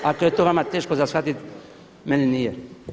Ako je to vama teško za shvatiti meni nije.